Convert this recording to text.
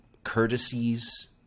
courtesies